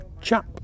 chap